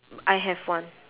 I have one